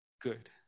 good